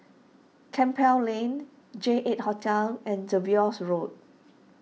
Campbell Lane J eight Hotel and Jervois Road